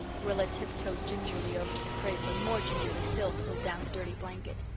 rilla tiptoed gingerly over to the cradle and more gingerly still pulled down the dirty blanket.